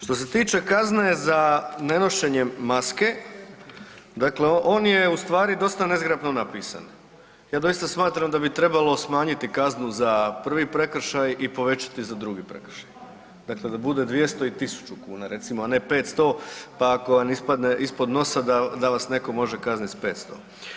Što se tiče kazne za nenošenje maske dakle on je u stvari dosta nezgrapno napisan, ja doista smatram da bi trebalo smanjiti kaznu za prvi prekršaj i povećati za drugi prekršaj, dakle da bude 200 i 1.000 kuna recimo, a ne 500 pa ako vam ispadne ispod nosa da vas netko može kazniti s 500.